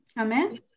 Amen